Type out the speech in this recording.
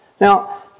Now